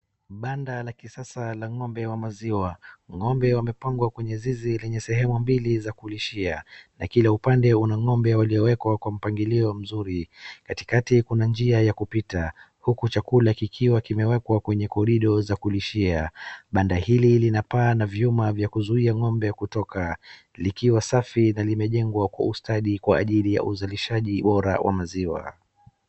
banda la kisasa la ng'ombe wa maziwa ,ng'ombe wampangwa kwenye zizi lenye sehemu mbili ya kulishia na kila upande kuna ng'ombe walowekwa kwa mpangilio mzuri katikatika kuna njia ya kupita huku chakula kikiwa kimewekwa kwenye corridor ya kulishia banda hili lina paa na vyuma vya kuzuia ng'ombe kutoka likiwa safi na limejengwa kwa ustadi kwa ajili ya uzalishaji bora wa maziwa